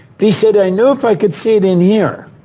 he said, i know if i could see it in here,